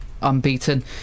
unbeaten